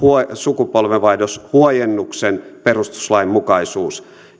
sukupolvenvaihdoshuojennuksen perustuslainmukaisuus